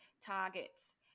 targets